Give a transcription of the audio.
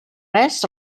res